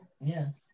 Yes